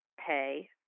pay